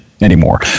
anymore